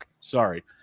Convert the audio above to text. Sorry